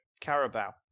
Carabao